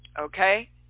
Okay